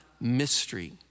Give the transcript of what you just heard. mystery